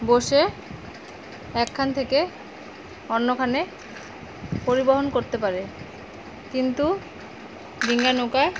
বসে একখান থেকে অন্যখানে পরিবহন করতে পারে কিন্তু ডিঙা নৌকা